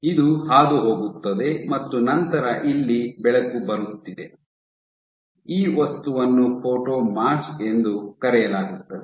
ಇದು ಹಾದುಹೋಗುತ್ತದೆ ಮತ್ತು ನಂತರ ಇಲ್ಲಿ ಬೆಳಕು ಬರುತ್ತಿದೆ ಈ ವಸ್ತುವನ್ನು ಫೋಟೊಮಾಸ್ಕ್ ಎಂದು ಕರೆಯಲಾಗುತ್ತದೆ